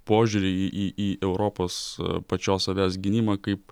požiūrį į į į europos pačios savęs gynimą kaip